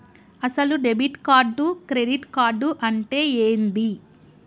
అసలు debit card credit card అంటే ఏంది?